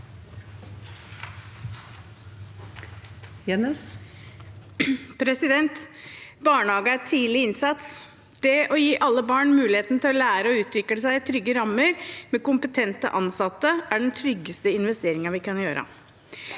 Barnehage er tid- lig innsats. Det å gi alle barn muligheten til å lære og utvikle seg i trygge rammer med kompetente ansatte er den tryggeste investeringen vi kan gjøre.